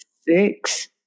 six